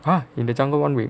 !huh! in the jungle one week